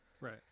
Right